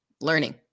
learning